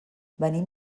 venim